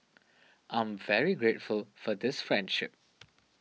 I'm very grateful for this friendship